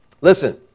Listen